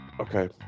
okay